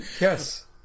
Yes